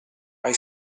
hai